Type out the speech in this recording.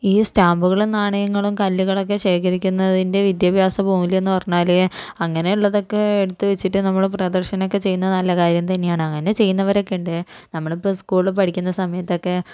ഈ സ്റ്റാമ്പുകളും നാണയങ്ങളും കല്ലുകളൊക്കെ ശേഖരിക്കുന്നതിൻ്റെ വിദ്യാഭ്യാസ മൂല്യമെന്ന് പറഞ്ഞാല് അങ്ങനെ ഉള്ളതൊക്കെ എടുത്ത് വച്ചിട്ട് നമ്മള് പ്രദർശനമൊക്കെ ചെയ്യുന്നത് നല്ല കാര്യം തന്നെയാണ് അങ്ങനെ ചെയ്യുന്നവരൊക്കെയുണ്ട് നമ്മളിപ്പം സ്കൂളില് പഠിക്കുന്ന സമയത്തൊക്കെ